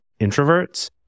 introverts